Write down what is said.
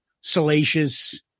salacious